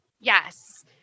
Yes